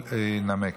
ינמק.